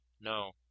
No